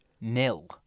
nil